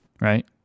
right